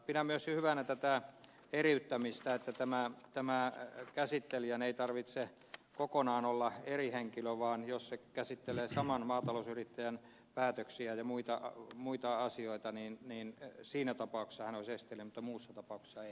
pidän myös hyvänä tätä eriyttämistä että käsittelijän ei tarvitse kokonaan olla eri henkilö vaan jos hän käsittelee saman maatalousyrittäjän päätöksiä ja muita asioita niin siinä tapauksessa hän olisi esteellinen mutta muussa tapauksessa ei